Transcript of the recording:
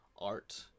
art